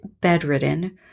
bedridden